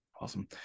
Awesome